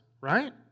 right